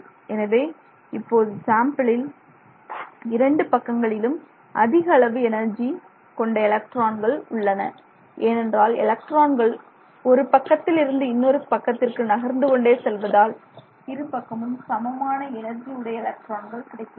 எனவே இப்போது சாம்பிளின் இரண்டு பக்கங்களிலும் அதிக அளவு எனர்ஜி கொண்ட எலக்ட்ரான்கள் உள்ளன ஏனென்றால் எலக்ட்ரான்கள் ஒரு பக்கத்திலிருந்து இன்னொரு பக்கத்திற்கு நகர்ந்து கொண்டே செல்வதால் இருபக்கமும் சமமான எனர்ஜி உடைய எலக்ட்ரான்கள் கிடைக்கின்றன